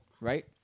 Right